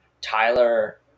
tyler